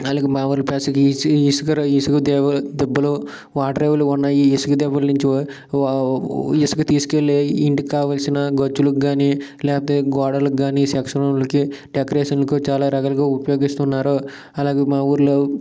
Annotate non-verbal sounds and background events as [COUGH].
అలాగే [UNINTELLIGIBLE] ఇసుక ఇసుక దిబ్బలు ఓడరేవులు ఉన్నాయి ఇసుక దిబ్బల నుంచి ఇసుక తీసుకెళ్ళే ఇంటికి కావాల్సిన గచ్చులు కాని లేకపోతే గోడలకు కాని సెక్షనోళ్ళకి డెకరేషన్కు చాలా రకాలుగా ఉపయోగిస్తున్నారు అలాగే మా ఊర్లో